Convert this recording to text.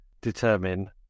determine